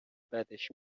بدش